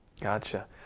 Gotcha